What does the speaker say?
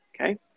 okay